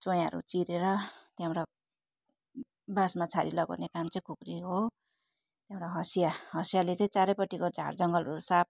चोयाहरू चिरेर त्यहाँबाट बाँसमा छहारी लगाउने काम चाहिँ खुकुरी हो र हँसिया हँसियाले चाहिँ चारैपट्टिको झारजङ्गलहरू साफ